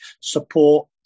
support